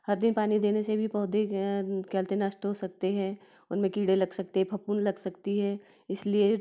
हर दिन पानी देने से भी पौधे के हेल्थ नष्ट हो सकते हैं उनमें कीड़े लग सकते फफूंद लग सकती है इसलिए